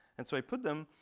and so i put them.